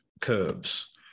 curves